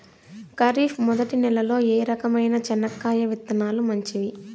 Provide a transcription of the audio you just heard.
ఖరీఫ్ మొదటి నెల లో ఏ రకమైన చెనక్కాయ విత్తనాలు మంచివి